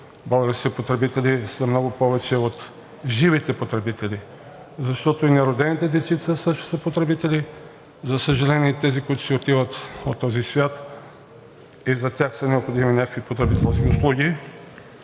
българските потребители са много повече от живите потребители, защото и неродените дечица също са потребители. За съжаление, и тези, които си отиват от този свят, и за тях са необходими някакви потребителски услуги.